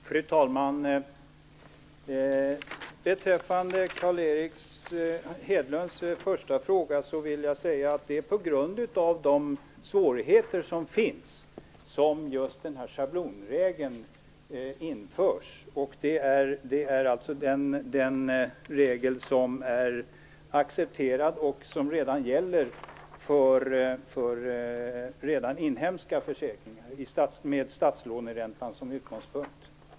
Fru talman! Beträffande Carl Erik Hedlunds första fråga vill jag säga att det just är på grund av de svårigheter som finns som den här schablonreglen införs. Det är den regel som är accepterad och som redan gäller för inhemska försäkringar med statslåneräntan som utgångspunkt.